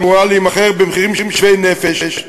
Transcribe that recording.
שאמורה להימכר במחירים שווים לכל נפש,